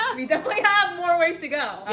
ah we definitely have more ways to go.